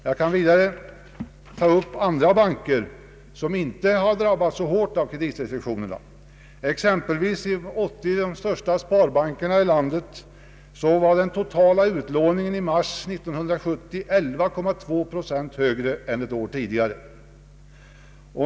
Jag kan vidare beröra utlåningen i andra banker som inte drabbats så hårt av kreditrestriktionerna. För t.ex. 80 av de största sparbankerna i landet var den totala utlåningen i mars 1970 11,2 procent högre än året tidigare.